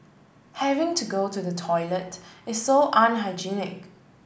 having to go to the toilet is so unhygienic